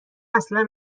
اصلا